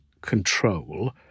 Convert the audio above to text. control